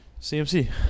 CMC